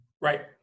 right